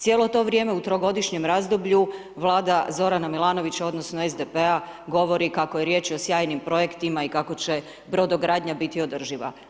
Cijelo to vrijeme u trogodišnjem razdoblju Vlada Zorana Milanovića odnosno SDP-a govori kako je riječ o sjajnim projektima i kako će brodogradnja biti održiva.